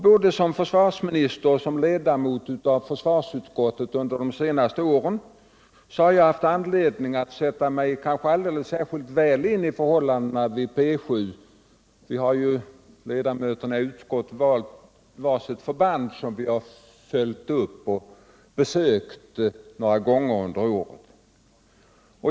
Både som försvarsminister och som ledamot av försvarsutskottet under de senaste åren har jag haft anledning att sätta mig speciellt väl in i förhållandena vid P 7 — vi ledamöter i utskottet har valt var sitt förband som vi följt upp och besökt några gånger under åren.